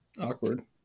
Awkward